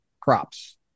crops